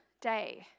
day